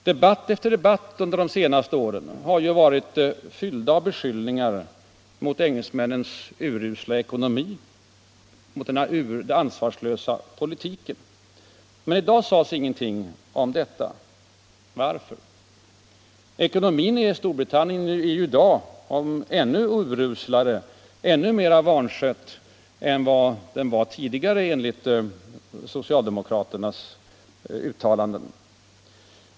Debatt efter debatt under de senaste åren har ju varit fylld av beskyllningar mot engelsmännens urusla ekonomi och mot den ansvarslösa politiken, men i dag sades ingenting om detta. Varför? Ekonomin i Storbritannien är i dag ännu uslare och ännu mera vanskött än vad den var tidigare enligt socialdemokraternas uttalanden.